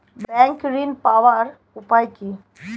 Bank ঋণ পাওয়ার উপায় কি?